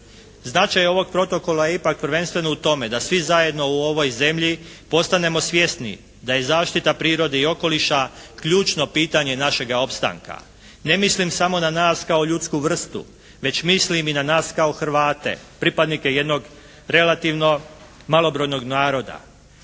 Značaj ovog protokola je ipak prvenstveno u tome da svi zajedno u ovoj zemlji postanemo svjesni da je zaštita prirode i okoliša ključno pitanje našega opstanka. Ne mislim samo na nas kao ljudsku vrstu već mislim i na nas kao Hrvate pripadnike jednog relativno malobrojnog naroda.